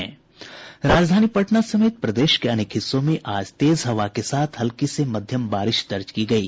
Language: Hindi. राजधानी पटना समेत प्रदेश के अनेक हिस्सों में आज तेज हवा के साथ हल्की से मध्यम बारिश दर्ज की गयी